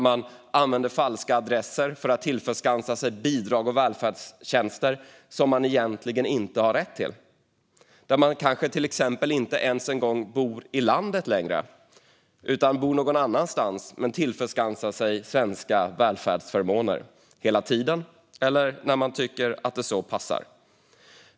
Man använder falsk adress för att tillskansa sig bidrag och välfärdstjänster som man egentligen inte har rätt till. Kanske bor man inte ens i landet längre men kan ändå tillskansa sig välfärdsförmåner, hela tiden eller när det passar.